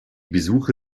besuche